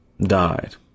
died